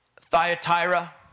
Thyatira